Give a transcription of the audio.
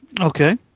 Okay